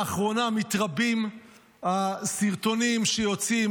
לאחרונה מתרבים הסרטונים שיוצאים,